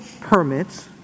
permits